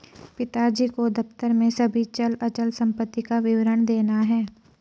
पिताजी को दफ्तर में सभी चल अचल संपत्ति का विवरण देना है